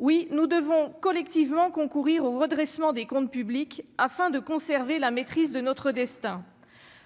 oui nous devons collectivement concourir au redressement des comptes publics afin de conserver la maîtrise de notre destin,